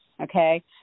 okay